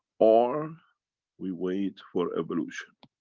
or we wait for evolution.